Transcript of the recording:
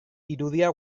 irudia